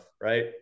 right